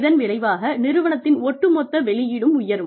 இதன் விளைவாக நிறுவனத்தின் ஒட்டுமொத்த வெளியீடும் உயரும்